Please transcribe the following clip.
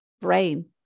brain